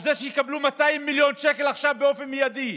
על זה שיקבלו 200 מיליון שקל עכשיו באופן מיידי,